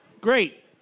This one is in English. Great